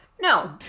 No